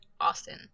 Austin